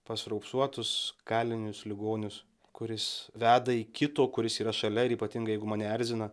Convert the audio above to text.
pas raupsuotus kalinius ligonius kuris veda į kito kuris yra šalia ir ypatingai jeigu mane erzina